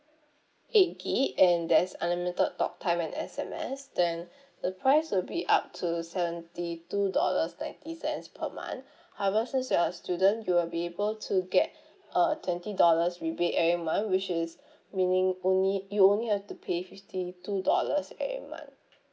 eight gig and there's unlimited talk time and S_M_S then the price will be up to seventy two dollars ninety cents per month however since you're a student you will be able to get a twenty dollars rebate every month which is meaning only you only have to pay fifty two dollars every month